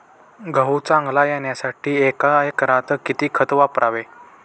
गहू चांगला येण्यासाठी एका एकरात किती खत वापरावे?